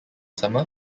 summer